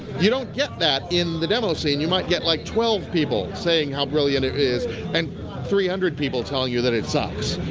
you don't get that in the demoscene, you might get like twelve people saying how brilliant it is and three hundred people tell you, that it sucks.